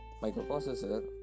microprocessor